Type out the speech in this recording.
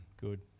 Good